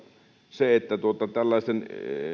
se että tällaisten